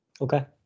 Okay